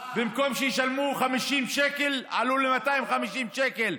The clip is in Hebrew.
במקום שישלמו 50 שקל, זה עלה ל-250 שקל.